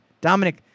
Dominic